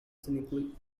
cynically